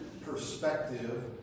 perspective